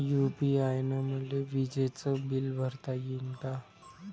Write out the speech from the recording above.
UPI न मले विजेचं बिल भरता यीन का?